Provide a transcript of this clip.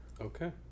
Okay